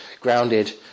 grounded